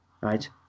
right